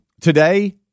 Today